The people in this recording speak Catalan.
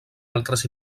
altres